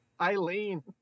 Eileen